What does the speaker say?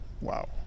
Wow